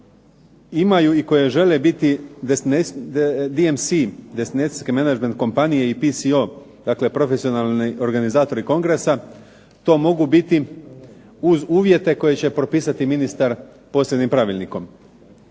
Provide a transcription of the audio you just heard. koje imaju i koje žele biti DMC destinacijske menadžment kompanije i PCO dakle profesionalni organizatori kongresa to mogu biti uz uvjete koje će propisati ministar posebnim pravilnikom.